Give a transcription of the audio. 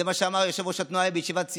זה מה שאמר יושב-ראש התנועה בישיבת סיעה,